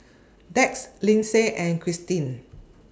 Dax Lyndsay and Christeen